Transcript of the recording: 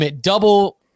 double